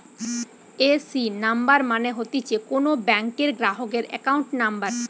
AC number মানে হতিছে কোন ব্যাংকের গ্রাহকের একাউন্ট নম্বর